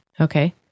Okay